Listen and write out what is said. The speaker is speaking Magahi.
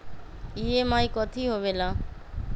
ई.एम.आई कथी होवेले?